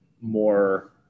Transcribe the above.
more